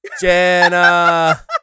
Jenna